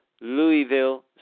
Louisville